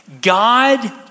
God